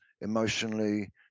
emotionally